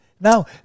Now